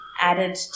added